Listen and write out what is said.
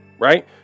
right